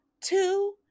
two